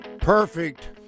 perfect